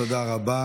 תודה רבה.